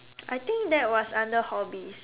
I think that was under hobbies